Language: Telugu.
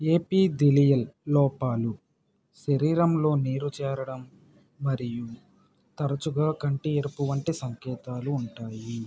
ఏపితిలియల్ లోపాలు శరీరంలో నీరు చేరడం మరియు తరచుగా కంటి ఎరుపు వంటి సంకేతాలు ఉంటాయి